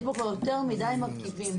יש בו כבר יותר מדי מרכיבים.